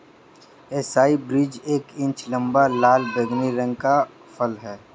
acai berries एक inch लंबा, लाल बैंगनी रंग का फल है